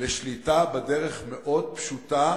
לשליטה בדרך מאוד פשוטה